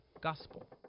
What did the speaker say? gospel